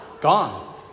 gone